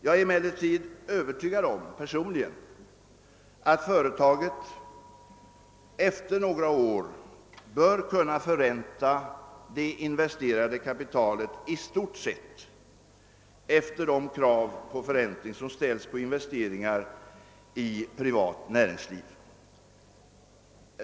Jag är emellertid personligen övertygad om att företaget efter några år bör kunna förränta det investerade kapitalet i stort sett efter de krav på förräntning som ställs på investeringar i privat näringsliv.